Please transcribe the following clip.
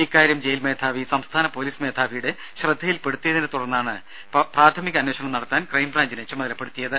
ഇക്കാര്യം ജയിൽമേധാവി സംസ്ഥാന പോലീസ് മേധാവിയുടെ ശ്രദ്ധയിൽപ്പെടുത്തിയതിനെ തുടർന്നാണ് പ്രാഥമിക അന്വേഷണം നടത്താൻ ക്രൈംബ്രാഞ്ചിനെ ചുമതലപ്പെടുത്തിയത്